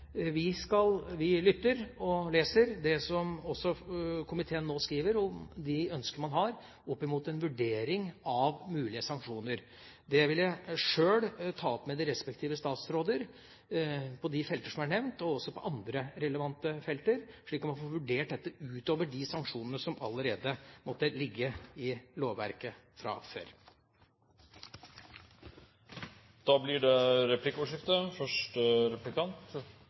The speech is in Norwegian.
de skal, er et kompetent og etisk bevisst forvaltningsapparat, god internkontroll, adgang til klagebehandling, andre tilsynsordninger, ombudsmannsfunksjonen og adgang til domstolsprøving. Selvfølgelig lytter vi og leser det som komiteen nå skriver om de ønsker man har, opp mot en vurdering av mulige sanksjoner. Det vil jeg sjøl ta opp med de respektive statsråder på de feltene som er nevnt, og også på andre relevante felter, slik at man får vurdert dette utover de sanksjonene som allerede måtte ligge i